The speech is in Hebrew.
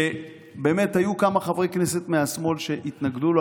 באמת היו כמה חברי כנסת מהשמאל התנגדו לו,